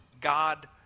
God